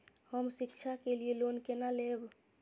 हम शिक्षा के लिए लोन केना लैब?